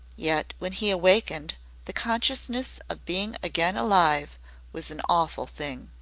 yet when he awakened the consciousness of being again alive was an awful thing.